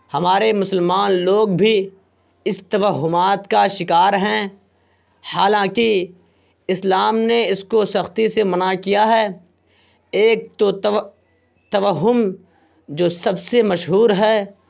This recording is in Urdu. ہمارے مسلمان لوگ بھی اس توہمات کا شکار ہیں حالانکہ اسلام نے اس کو سختی سے منع کیا ہے ایک تو توہم جو سب سے مشہور ہے